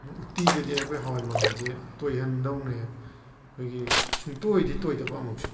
ꯑꯗꯣ ꯎꯠꯇꯤꯗꯗꯤ ꯑꯩꯈꯣꯏ ꯍꯋꯥꯏ ꯃꯪꯒꯟꯁꯦ ꯇꯣꯏꯍꯟꯗꯧꯅꯦ ꯑꯩꯈꯣꯏꯒꯤ ꯁꯨꯡꯇꯣꯏꯗꯤ ꯇꯣꯏꯗꯕ ꯑꯃꯨꯛꯁꯨ